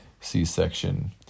C-section